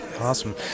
Awesome